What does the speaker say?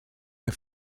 der